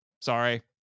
Sorry